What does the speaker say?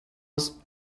his